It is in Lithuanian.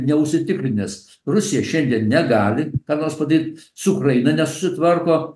neužsitikrinęs rusija šiandien negali ką nors padaryt su ukraina nesusitvarko